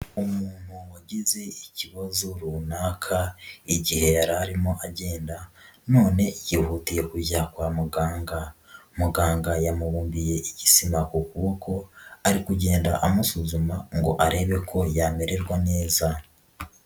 Umuntu wagize ikibazo runaka igihe yari arimo agenda none yihutiye kujya kwa muganga, muganga yamubumbiye igitsina ho kuboko ari kugenda amusuzuma ngo arebe ko yamererwa neza.